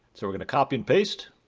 so we're going to copy and paste